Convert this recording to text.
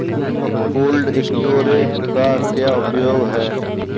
Cold storage का क्या उपयोग है?